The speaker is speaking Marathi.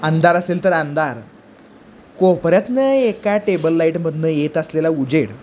अंधार असेल तर अंधार कोपऱ्यातून एका टेबल लाईटमधून येत असलेला उजेड